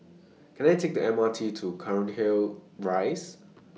Can I Take The M R T to Cairnhill Rise